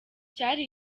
cyari